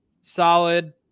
solid